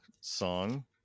song